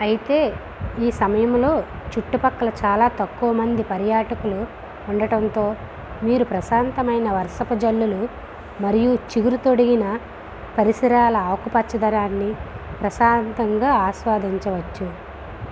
అయితే ఈ సమయంలో చుట్టుపక్కల చాలా తక్కువ మంది పర్యాటకుల ఉండటంతో మీరు ప్రశాంతమైన వర్షపు జల్లులు మరియు చిగురు తొడిగిన పరిసరాల ఆకుపచ్చదనాన్ని ప్రశాంతంగా ఆస్వాదించవచ్చు